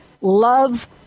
love